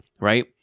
right